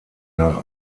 nach